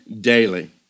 daily